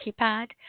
keypad